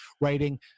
writing